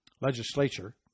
legislature